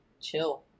chill